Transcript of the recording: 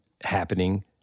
happening